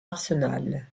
arsenal